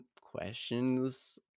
questions